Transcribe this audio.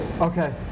Okay